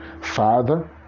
Father